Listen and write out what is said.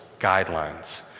guidelines